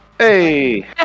Hey